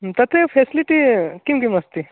तत् फ़ेस्लिटी किं किमस्ति